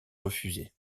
refusée